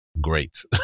great